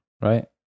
right